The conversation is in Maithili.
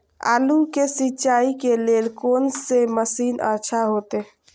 आलू के सिंचाई के लेल कोन से मशीन अच्छा होते?